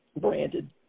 branded